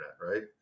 right